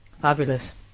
Fabulous